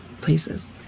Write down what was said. places